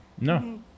No